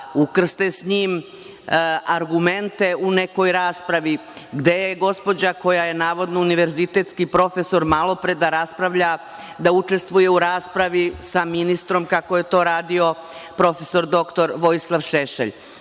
ukrste s njim argumente u nekoj raspravi. Gde je gospođa, koja je navodno univerzitetski profesor, malo pre da raspravlja, da učestvuje u raspravi sa ministrom kako je to radio profesor doktor Vojislav Šešelj? Znate,